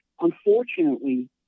Unfortunately